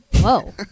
whoa